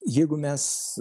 jeigu mes